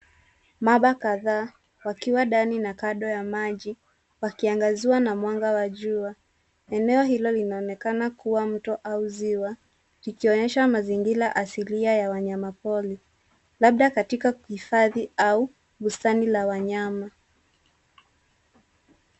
Mamba kadhaa wakiwa ndani na kando ya maji wakiangaziwa na mwanga wa jua. Eneo hilo linaonekana kuwa mto au ziwa kikionyesha mazingira asilia ya wanyamapori labda katika hifadhi au bustani la wanyama.